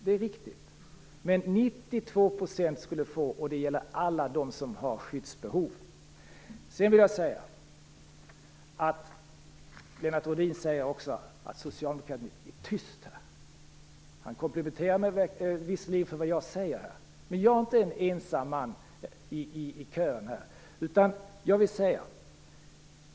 Det är riktigt. Men av alla som har skyddsbehov skulle 92 % få stanna. Lennart Rohdin sade också att socialdemokratin är tyst. Han komplimenterar mig visserligen för vad jag säger här, men jag är inte en ensam i kören.